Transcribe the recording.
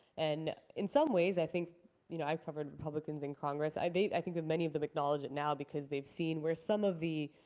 and in some ways i think you know i've covered republicans in congress, they i think that many of them acknowledge it now because they've seen where some of the